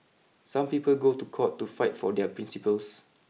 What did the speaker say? some people go to court to fight for their principles